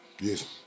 Yes